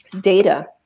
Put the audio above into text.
data